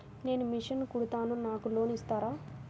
నేను మిషన్ కుడతాను నాకు లోన్ ఇస్తారా?